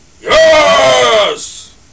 Yes